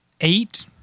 eight